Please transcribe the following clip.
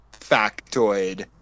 factoid